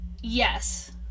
Yes